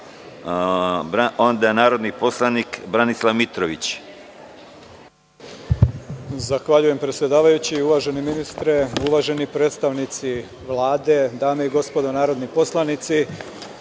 ima narodni poslanik Branislav Mitrović.